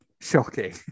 shocking